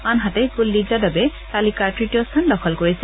আনহাতে কুলদ্বীপ যাদবে তালিকাৰ তৃতীয় স্থান দখল কৰিছে